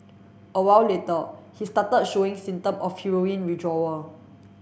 a while later he started showing symptom of heroin withdrawal